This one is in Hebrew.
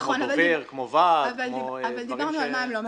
נכון, אבל דיברנו על מה הם לא מקבלים.